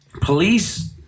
police